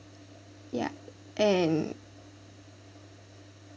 ya and